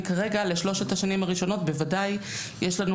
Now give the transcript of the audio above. וכרגע לשלושת השנים הראשונות בוודאי יש לנו